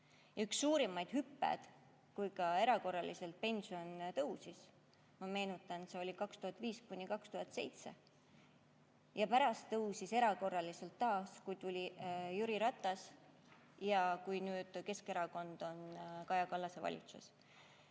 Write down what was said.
Üks suurimaid hüppeid, kui pension erakorraliselt tõusis, ma meenutan, oli 2005–2007. Ja pärast tõusis erakorraliselt taas, kui tuli Jüri Ratas, ja kui nüüd Keskerakond on Kaja Kallase valitsuses.